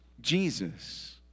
Jesus